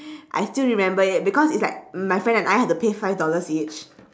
I still remember it because it's like my friend and I had to pay five dollars each